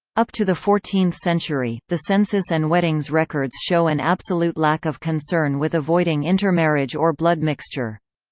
up to the fourteenth century, the census and weddings records show an absolute lack of concern with avoiding intermarriage or blood mixture.